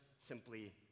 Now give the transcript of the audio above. simply